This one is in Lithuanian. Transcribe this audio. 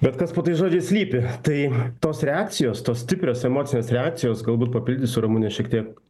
bet kas po tais žodžiais slypi tai tos reakcijos tos stiprios emocijos reakcijos galbūt papildysiu ramunę šiek tiek